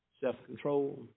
self-control